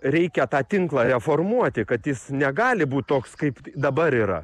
reikia tą tinklą reformuoti kad jis negali būt toks kaip dabar yra